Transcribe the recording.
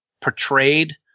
portrayed